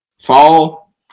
fall